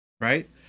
Right